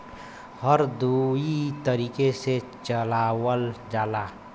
हर दुई तरीके से चलावल जाला